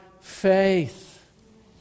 faith